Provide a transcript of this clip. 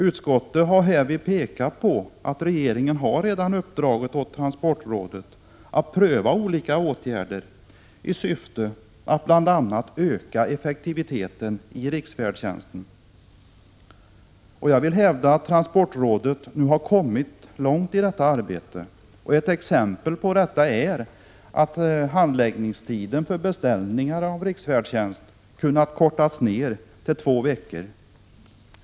Utskottet har pekat på att regeringen redan har uppdragit åt transportrådet att pröva olika åtgärder i syfte att bl.a. öka effektiviteten i riksfärdtjänsten. Jag vill hävda att transportrådet nu har kommit långt i detta arbete. Ett exempel på detta är att handläggningstiden för beställningar av riksfärdtjänst kunnat kortas ner till två veckor.